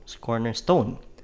cornerstone